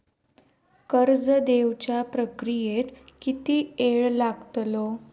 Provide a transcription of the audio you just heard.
कर्ज देवच्या प्रक्रियेत किती येळ लागतलो?